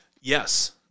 Yes